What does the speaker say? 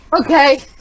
Okay